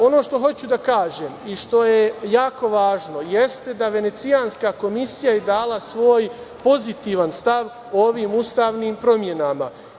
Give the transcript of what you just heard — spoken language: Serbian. Ono što hoću da kažem i što je jako važno jeste da je Venecijanska komisija dala svoj pozitivan stav ovim ustavnim promenama.